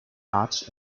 arts